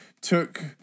took